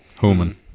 Human